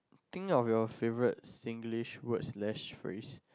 think of your favourite Singlish words slash phase